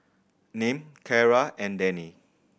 Nim Cara and Denny